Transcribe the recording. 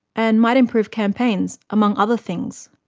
and might improve campaigns, among other things.